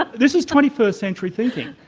but this is twenty first century thinking,